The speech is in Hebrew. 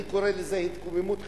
אני קורא לזה התקוממות חברתית,